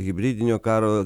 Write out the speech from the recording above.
hibridinio karo